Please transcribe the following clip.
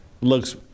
looks